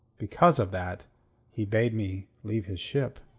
because of that he bade me leave his ship,